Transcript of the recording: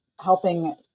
helping